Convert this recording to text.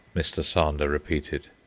mr. sander repeated.